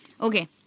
Okay